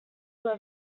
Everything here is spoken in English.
were